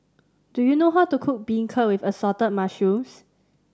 do you know how to cook beancurd with Assorted Mushrooms